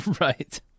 Right